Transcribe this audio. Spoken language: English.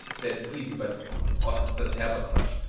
that's easy but also doesn't help us much.